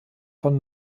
von